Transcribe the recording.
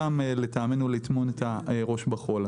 לטעמנו, אין טעם לטמון את הראש בחול.